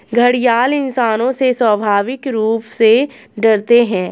घड़ियाल इंसानों से स्वाभाविक रूप से डरते है